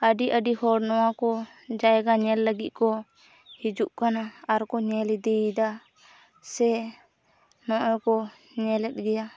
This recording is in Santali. ᱟᱹᱰᱤ ᱟᱹᱰᱤ ᱦᱚᱲ ᱱᱚᱣᱟᱠᱚ ᱡᱟᱭᱜᱟ ᱧᱮᱞ ᱞᱟᱹᱜᱤᱫ ᱠᱚ ᱦᱤᱡᱩᱜ ᱠᱟᱱᱟ ᱟᱨᱠᱚ ᱧᱮᱞ ᱤᱫᱤᱭᱫᱟ ᱥᱮ ᱱᱚᱜᱼᱚᱸᱭᱠᱚ ᱧᱮᱞᱮᱫ ᱜᱮᱭᱟ